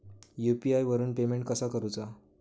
UPI वरून payment कसा करूचा?